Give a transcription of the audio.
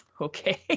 Okay